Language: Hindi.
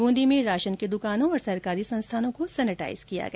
ब्रूदी में राशन की दुकानों और सरकारी संस्थानों को सैनेटाइज किया गया